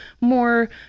more